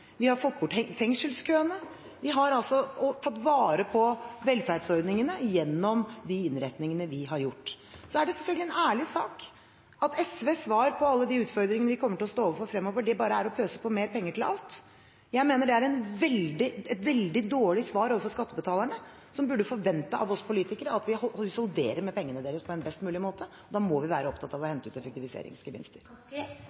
Vi har fått bort fengselskøene. Vi har tatt vare på velferdsordningene gjennom de innretningene vi har foretatt. Det er selvfølgelig en ærlig sak at SVs svar på alle de utfordringene vi kommer til å stå overfor fremover, bare er å pøse på mer penger til alt. Jeg mener det er et veldig dårlig svar overfor skattebetalerne, som burde forvente av oss politikere at vi husholderer med pengene deres på en best mulig måte. Da må vi være opptatt av å